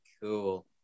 cool